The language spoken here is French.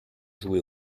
joué